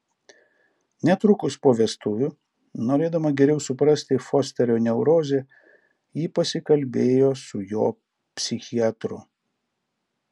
netrukus po vestuvių norėdama geriau suprasti fosterio neurozę ji pasikalbėjo su jo psichiatru